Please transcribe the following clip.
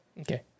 Okay